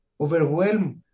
overwhelm